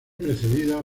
precedida